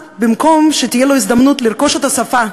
במקום שתהיה לו הזדמנות לרכוש את השפה,